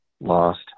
lost